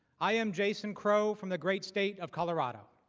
i'm jason crow for the great state of colorado.